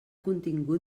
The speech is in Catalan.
contingut